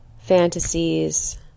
fantasies